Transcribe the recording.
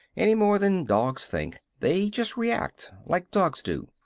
any more than dogs think. they just react like dogs do.